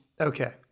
Okay